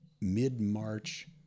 mid-March